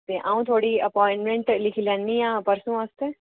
ते अ'ऊं थुआढ़ी अप्वाइंटमेंट लिखीं लैनी ऐ परसो आस्तै